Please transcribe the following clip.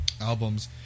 albums